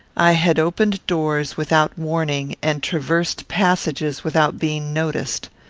i had opened doors without warning, and traversed passages without being noticed.